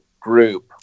group